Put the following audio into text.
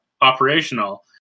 operational